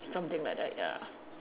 something like that ya